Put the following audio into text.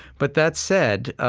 but that said,